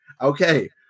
Okay